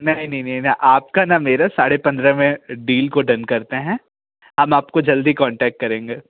नहीं नहीं नहीं आपका ना मेरा साढ़े पंद्रह में डील को डन करते हैं हम आपको जल्द ही कांटेक्ट करेंगे